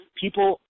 people –